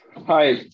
Hi